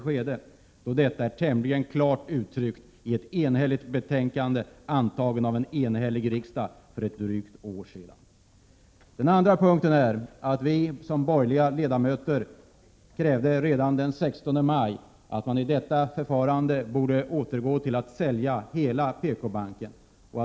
Önskemålet om detta är ju tämligen klart uttryckt i ett enhälligt betänkande från näringsutskottet, som antogs av en enig riksdag för drygt ett år sedan. Den andra punkten gäller att vi som borgerliga ledamöter redan den 16 maj krävde att man i detta förfarande borde återgå till att sälja hela PKbanken.